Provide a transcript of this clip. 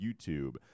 YouTube